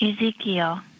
Ezekiel